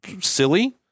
silly